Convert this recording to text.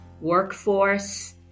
workforce